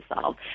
solve